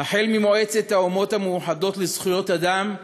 החל ממועצת האומות המאוחדות לזכויות אדם,